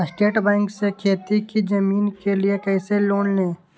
State bank से खेती की जमीन के लिए कैसे लोन ले?